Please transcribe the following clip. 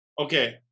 Okay